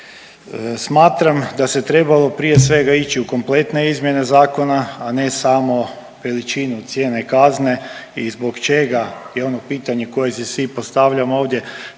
Smatram da se trebalo prije svega ići u kompletne izmjene zakona, a ne samo veličinu cijene kazne i zbog čega je ono pitanje koje si svi postavljamo ovdje